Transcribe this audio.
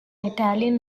italian